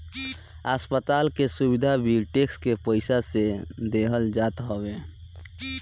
अस्पताल के सुविधा भी टेक्स के पईसा से देहल जात हवे